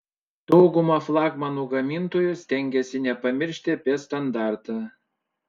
dauguma flagmanų gamintojų stengiasi nepamiršti apie standartą